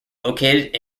located